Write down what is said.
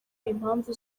impamvu